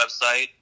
website